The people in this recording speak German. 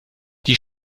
die